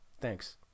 Thanks